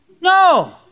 No